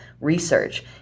research